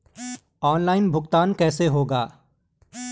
Online भुगतान कैसे होगा?